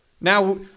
Now